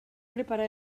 preparà